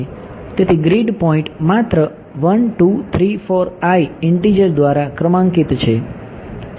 તેથી grid point માત્ર 1 2 3 4 i integer દ્વારા ક્રમાંકિત છે